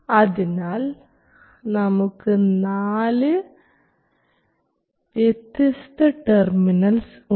അതിനാൽ നമുക്ക് നാല് വ്യത്യസ്ത ടെർമിനൽസ് ഉണ്ട്